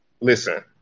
Listen